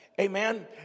Amen